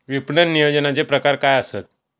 विपणन नियोजनाचे प्रकार काय आसत?